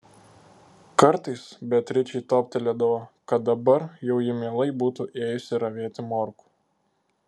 kartais beatričei toptelėdavo kad dabar jau ji mielai būtų ėjusi ravėti morkų